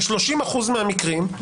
ב-30% מהמקרים,